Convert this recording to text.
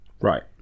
Right